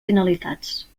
finalitats